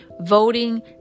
voting